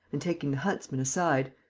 and, taking the huntsman aside,